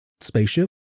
spaceship